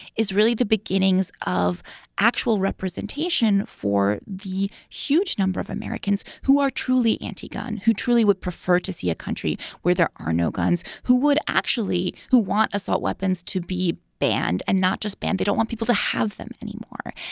is really the beginnings of actual representation for the huge number of americans who are truly anti-gun, who truly would prefer to see a country where there are no guns, who would actually who want assault weapons to be banned and not just banned. they don't want people to have them anymore.